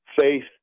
faith